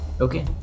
Okay